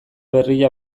berria